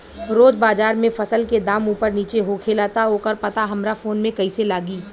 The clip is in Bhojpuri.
रोज़ बाज़ार मे फसल के दाम ऊपर नीचे होखेला त ओकर पता हमरा फोन मे कैसे लागी?